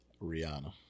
Rihanna